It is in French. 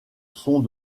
sont